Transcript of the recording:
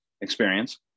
experience